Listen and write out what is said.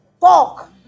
talk